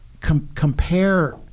compare